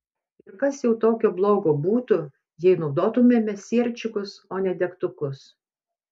ir kas jau tokio blogo būtų jei naudotumėme sierčikus o ne degtukus